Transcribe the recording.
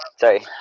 Sorry